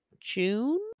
June